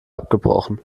abgebrochen